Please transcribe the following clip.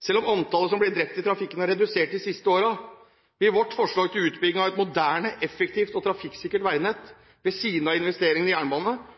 Selv om antallet som blir drept i trafikken, er redusert de siste årene, vil vårt forslag til utbygging av et moderne, effektivt og trafikksikkert